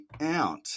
out